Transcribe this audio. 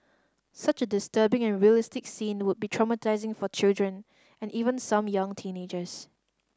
such a disturbing and realistic scene would be traumatising for children and even some young teenagers